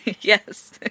Yes